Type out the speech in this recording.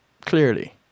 clearly